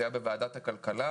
זה היה בוועדת הכלכלה